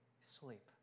sleep